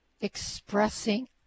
expressing